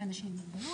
י"ב באב תשפ"ג.